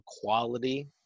quality